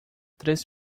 três